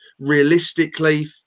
realistically